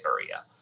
area